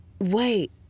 Wait